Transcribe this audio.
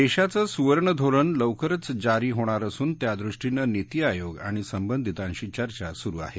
देशाचं सुवर्ण धोरण लवकरच जारी होणार असून त्यादृष्टीनं नीती आयोग आणि संबंधितांशी चर्चा सुरू आहे